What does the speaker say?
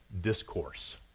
discourse